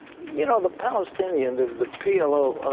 you know the palestinian the p l o.